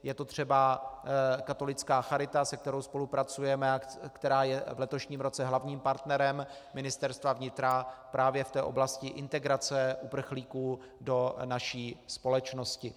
Je to třeba katolická charita, s kterou spolupracujeme, která je v letošním roce hlavním partnerem Ministerstva vnitra právě v oblasti integrace uprchlíků do naší společnosti.